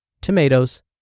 tomatoes